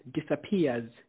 disappears